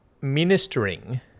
ministering